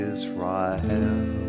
Israel